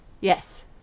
Yes